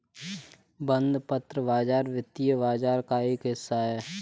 बंधपत्र बाज़ार वित्तीय बाज़ार का एक हिस्सा है